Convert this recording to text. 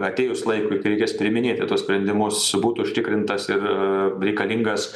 atėjus laikui kai reikės priiminėti tuos sprendimus būtų užtikrintas ir reikalingas